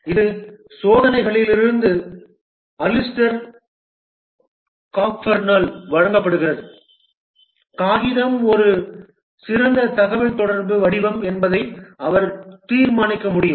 இது சோதனைகளிலிருந்து அலிஸ்டர் காக்பர்னால் வழங்கப்படுகிறது காகிதம் ஒரு சிறந்த தகவல்தொடர்பு வடிவம் என்பதை அவர் தீர்மானிக்க முடியும்